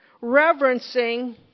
reverencing